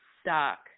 stuck